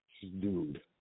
dude